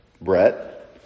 Brett